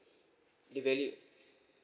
devalued